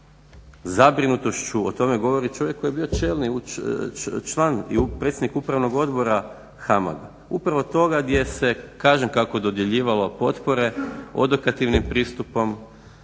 zabrinutošću o tome govori čovjek koji je bio čelni član i predsjednik Upravno odbora HAMAG-a. Upravo toga gdje se kažem kako dodjeljivalo potpore, odokativnim pristupom